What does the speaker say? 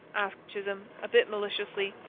asked chisholm, a bit maliciously.